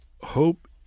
Hope